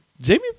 Jamie